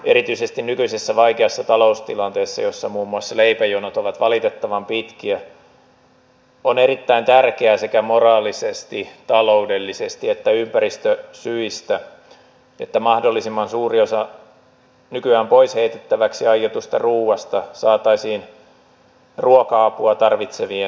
erityisesti nykyisessä vaikeassa taloustilanteessa jossa muun muassa leipäjonot ovat valitettavan pitkiä on erittäin tärkeää sekä moraalisesti taloudellisesti että ympäristösyistä että mahdollisimman suuri osa nykyään pois heitettäväksi aiotusta ruoasta saataisiin ruoka apua tarvitsevien piiriin